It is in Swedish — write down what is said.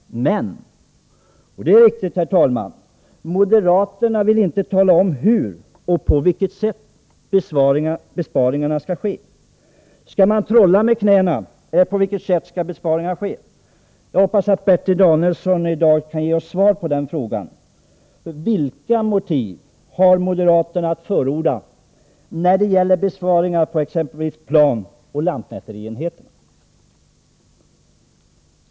Men — och det är viktigt — moderaterna vill inte tala om hur besparingarna skall ske. Skall man trolla med knäna, eller på vilket sätt skall besparingarna ske? Jag hoppas att Bertil Danielsson i dag kan ge oss ett svar på den frågan. Vilka motiv har moderaterna att förorda när det gäller besparingar på exempelvis planoch lantmäterienheten?